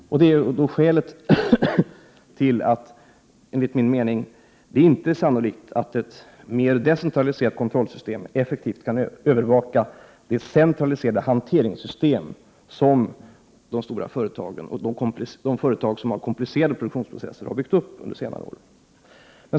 Det är skälet till att det enligt min mening inte är sannolikt att man med ett mer decentraliserat kontrollsystem effektivt kan övervaka det centraliserade hanteringssystem som de stora företagen och de företag som har komplicerade produktionsprocesser har byggt upp under senare år.